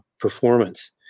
performance